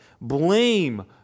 blame